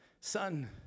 son